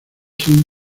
sin